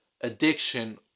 addiction